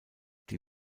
die